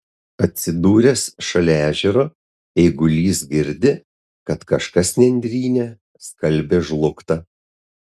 atsidūręs šalia ežero eigulys girdi kad kažkas nendryne skalbia žlugtą